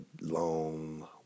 long